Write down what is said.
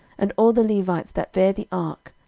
and all the levites that bare the ark,